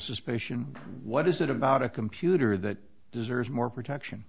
suspicion what is it about a computer that deserves more protection